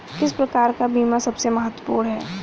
किस प्रकार का बीमा सबसे महत्वपूर्ण है?